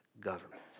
government